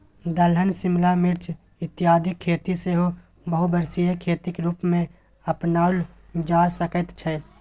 दलहन शिमला मिर्च इत्यादिक खेती सेहो बहुवर्षीय खेतीक रूपमे अपनाओल जा सकैत छै